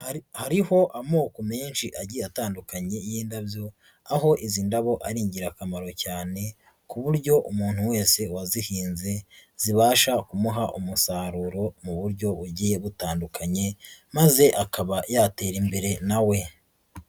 Hariho amoko menshi agiye atandukanye y'indabyo, aho izi ndabo ari ingirakamaro cyane ku buryo umuntu wese wazihinze zibasha kumuha umusaruro mu buryo bugiye butandukanye, maze akaba yatera imbere na we.